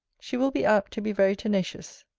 she will be apt to be very tenacious.